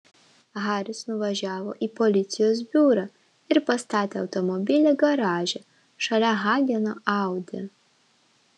haris nuvažiavo į policijos biurą ir pastatė automobilį garaže šalia hageno audi